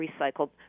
recycled